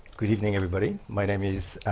good evening everybody, my name is